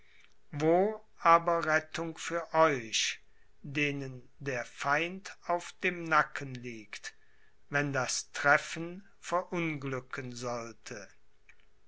wo aber rettung für euch denen der feind auf dem nacken liegt wenn das treffen verunglücken sollte